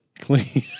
clean